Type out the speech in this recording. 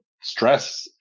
stress